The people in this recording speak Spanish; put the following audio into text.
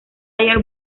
dyer